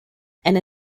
and